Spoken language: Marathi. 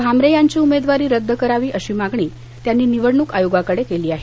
भामरे यांची उमेदवारी रद्द करावी अशी मागणी त्यांनी निवडणुक आयोगाकडे केली आहे